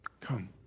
come